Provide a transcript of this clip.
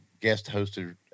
guest-hosted